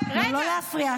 לא להפריע.